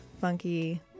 funky